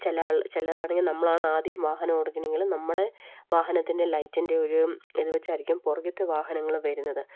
ചില ചിലതാണെങ്കിൽ നമ്മൾ ആണ് ആദ്യം വാഹനം കൊടുക്കണതെങ്കിൽ നമ്മുടെ വാഹനത്തിൻ്റെ ലൈറ്റിൻ്റെ ഒരു ഇത് വെച്ചായിരിക്കും പുറകിലത്തെ വാഹനങ്ങൾ വരുന്നത്